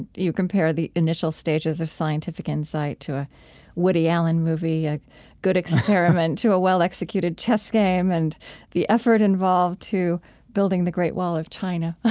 and you compare the initial stage as a scientific insight to a woody allen movie, a good experiment to a well-executed chess game and the effort involved to building the great wall of china